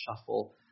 shuffle